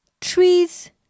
trees